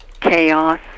chaos